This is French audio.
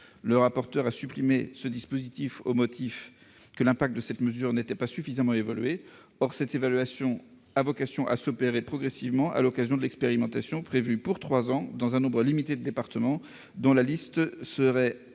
Le rapporteur a supprimé ce dispositif au motif que son impact n'était pas suffisamment évalué. Or cette évaluation a vocation à s'opérer progressivement à l'occasion de l'expérimentation prévue pour trois ans dans un nombre limité de départements, dont la liste serait définie